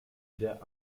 der